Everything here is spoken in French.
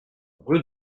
rue